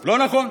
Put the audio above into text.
לא נכון?